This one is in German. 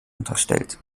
unterstellt